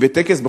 כי בטקס,